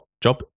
job